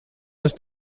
ist